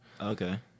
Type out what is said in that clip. Okay